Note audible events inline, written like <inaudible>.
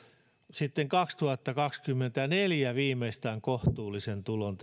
sitten kaksituhattakaksikymmentäneljä viimeistään kohtuullisen tulon <unintelligible>